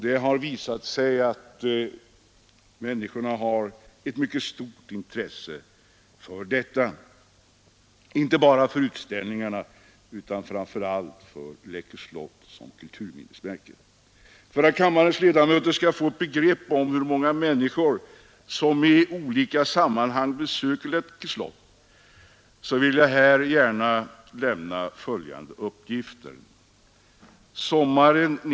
Det har visats ett mycket stort intresse från allmänhetens sida, inte bara för utställningarna utan framför allt för Läckö slott som kulturminnesmärke. För att kammarens ledamöter skall få ett grepp om hur många människor som i olika sammanhang besöker Läckö slott vill jag här gärna lämna följande uppgifter.